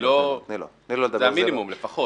זה המינימום, לפחות.